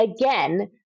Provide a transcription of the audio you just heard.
again